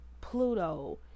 Pluto